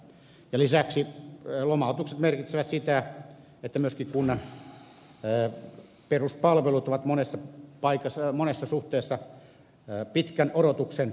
ja lisäksi lomautukset merkitsevät sitä että myöskin kuntien peruspalvelut ovat monessa suhteessa pitkän odotuksen takana